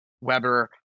Weber